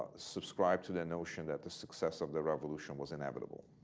subscribe to the notion that the success of the revolution was inevitable.